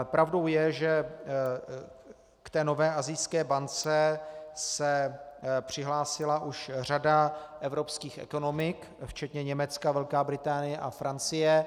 Pravdou je, že k té nové asijské bance se přihlásila už řada evropských ekonomik včetně Německa, Velké Británie a Francie.